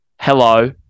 hello